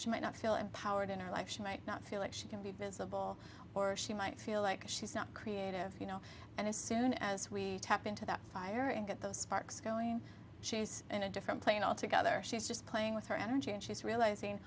she might not feel empowered in her life she might not feel it she can be visible or she might feel like she's not creative you know and as soon as we tap into that fire and get those sparks going she's in a different plane altogether she's just playing with her energy and she's realizing